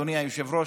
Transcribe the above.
אדוני היושב-ראש,